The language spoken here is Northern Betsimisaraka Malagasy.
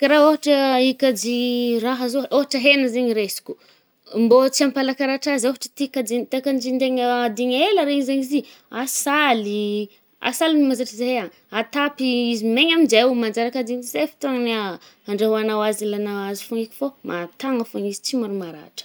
Kà raha ôhatra ikajy raha zao, ôhatra hena zaigny raisiko. Mbô tsy hampalaky aratra azy ôhatra ty kaji-tià kaji-tegna adîgny ela regny zaigny zi, asaly i, asaly mahazatra zahe agny. Atapy izy ho maina aminje ho manjary kajia amy zay fotoàna mia-andrahoànao azy ilànao azy fôgna izy fô tsy môra maratra.